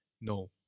No